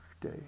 Day